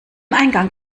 eingang